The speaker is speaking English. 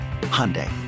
Hyundai